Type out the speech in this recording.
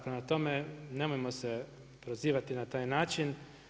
Prema tome, nemojmo se prozivati na taj način.